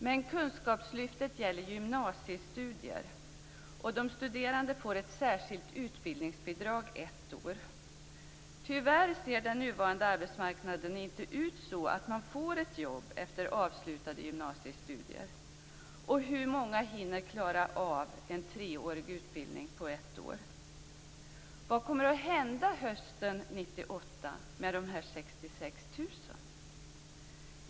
Men kunskapslyftet gäller gymnasiestudier, och de studerande får ett särskilt utbildningsbidrag under ett år. Tyvärr ser den nuvarande arbetsmarknaden inte ut så att man får ett jobb efter avslutade gymnasiestudier. Och hur många hinner klara av en treårig utbildning på ett år? Vad kommer att hända hösten 1998 med dessa 66 000?